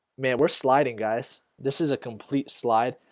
man, we're sliding guys. this is a complete slide